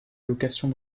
allocations